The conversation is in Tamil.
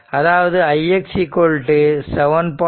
அதாவது ix 7